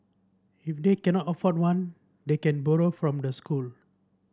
if they cannot afford one they can borrow from the school